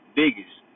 biggest